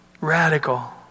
Radical